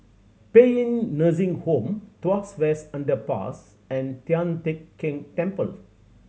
Paean Nursing Home Tuas West Underpass and Tian Teck Keng Temple